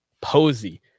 Posey